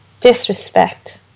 disrespect